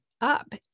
up